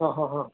ಹಾಂ ಹಾಂ ಹಾಂ